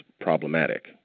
problematic